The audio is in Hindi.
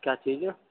क्या चाहिए